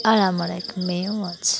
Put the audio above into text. আর আমার এক মেয়েও আছে